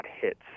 hits